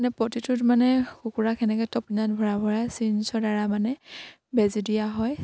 মানে প্ৰতিটোত মানে কুকুৰা এনেকে তপিনাত ভৰাই ভৰাই চিৰিঞ্জৰ দ্বাৰা মানে বেজি দিয়া হয়